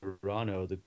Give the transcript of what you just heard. Toronto